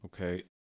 Okay